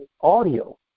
audio